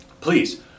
please